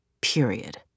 period